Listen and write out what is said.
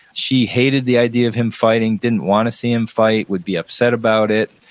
she hated the idea of him fighting, didn't want to see him fight, would be upset about it,